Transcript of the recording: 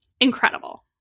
incredible